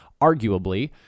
arguably